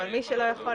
אבל מי שלא יכול,